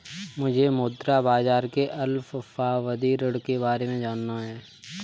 मुझे मुद्रा बाजार के अल्पावधि ऋण के बारे में जानना है